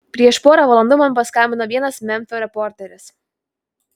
prieš porą valandų man paskambino vienas memfio reporteris